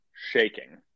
shaking